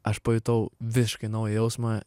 aš pajutau visiškai naują jausmą